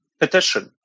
petition